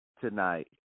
tonight